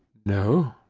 no,